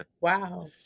Wow